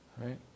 Right